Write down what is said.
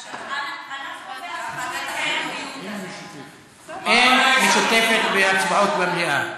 אנחנו, אין משותפת בהצבעות במליאה.